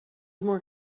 more